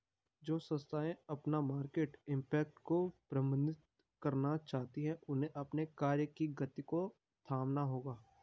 जो संस्थाएं अपना मार्केट इम्पैक्ट को प्रबंधित करना चाहती हैं उन्हें अपने कार्य की गति को थामना होगा